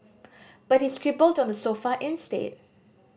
but he scribbled on the sofa instead